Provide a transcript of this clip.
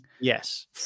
Yes